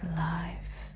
life